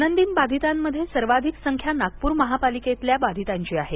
दैनंदिन बाधितांमध्ये सर्वाधिक संख्या नागपूर महापालिकेतल्या बाधितांची आहे